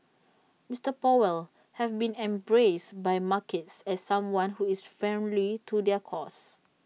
Mister powell have been embraced by markets as someone who is friendly to their cause